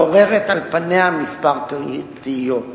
מעוררת על פניה מספר תמיהות",